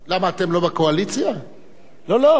לא, לא, אלה חוקים שסיימו את עבודתם.